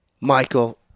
Michael